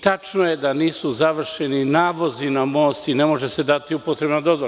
Tačno je da nisu završeni navozi na most i ne može se dati upotrebna dozvola.